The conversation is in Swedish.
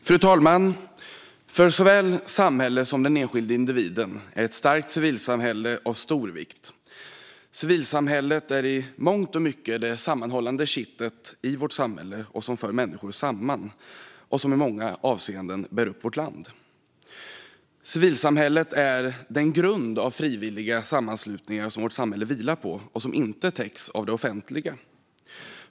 Fru talman! För såväl samhället som den enskilde individen är ett starkt civilsamhälle av stor vikt. Civilsamhället är i mångt och mycket det sammanhållande kittet i vårt samhälle, som för människor samman och som i många avseenden bär upp vårt land. Civilsamhället är den grund av frivilliga sammanslutningar som vårt samhälle vilar på och som inte täcks av det offentliga.